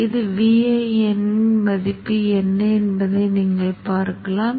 இந்த அனைத்து மூலங்களிலும் நான் 0 மின்னழுத்த மதிப்பை கொடுத்துள்ளேன் என்பதையும் இப்போது நினைவில் கொள்ள வேண்டும்